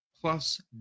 plus